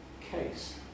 case